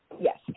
yes